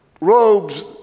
robes